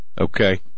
okay